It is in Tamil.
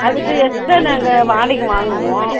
அதுக்கு எக்ஸ்ட்டா நாங்கள் வாடகை வாங்குவோம்